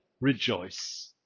Rejoice